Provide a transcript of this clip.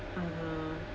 (uh huh)